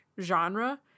genre